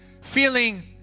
feeling